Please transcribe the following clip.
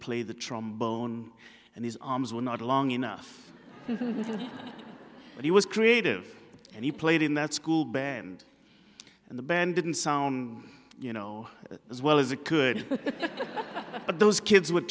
play the trombone and his arms were not long enough and he was creative and he played in that school band and the band didn't sound you know as well as it could but those kids were